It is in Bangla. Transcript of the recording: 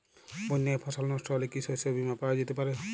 বন্যায় ফসল নস্ট হলে কি শস্য বীমা পাওয়া যেতে পারে?